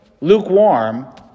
lukewarm